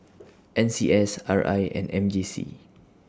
N C S R I and M J C